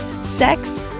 sex